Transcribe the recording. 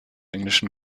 englischen